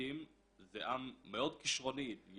אוטיסטים זה עם מאוד כישרוני.